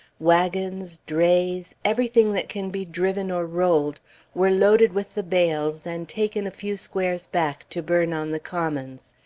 wagons, drays everything that can be driven or rolled were loaded with the bales and taken a few squares back to burn on the commons.